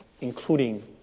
Including